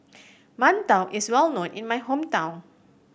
mantou is well known in my hometown